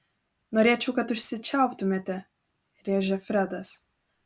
norėčiau kad užsičiauptumėte rėžia fredas